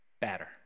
better